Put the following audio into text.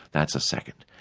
that's a second.